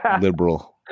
Liberal